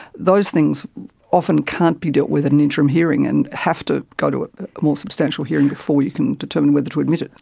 those things often can't be dealt with at an interim hearing and have to go to a more substantial hearing before you can determine whether to admit it.